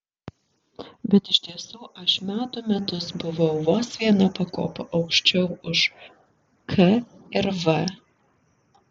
bet iš tiesų aš metų metus buvau vos viena pakopa aukščiau už k ir v